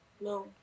No